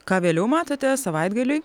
ką vėliau matote savaitgaliui